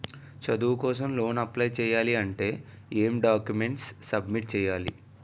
చదువు కోసం loan apply చేయాలి అంటే ఎం డాక్యుమెంట్స్ సబ్మిట్ చేయాలి?